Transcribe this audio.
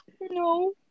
no